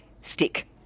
stick